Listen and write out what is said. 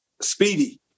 Speedy